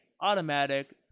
Automatic